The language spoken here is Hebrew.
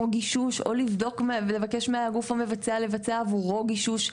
גישוש או לבקש מהגוף המבצע לבצע עבורו גישוש.